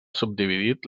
subdividit